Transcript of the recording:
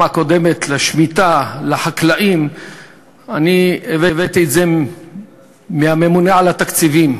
הקודמת לחקלאים בשמיטה הבאתי מהממונה על התקציבים,